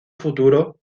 futuro